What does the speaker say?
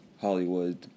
Hollywood